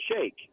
shake